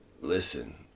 listen